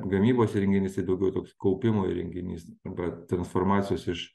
gamybos įrenginys tai daugiau toks kaupimo įrenginys arba transformacijos iš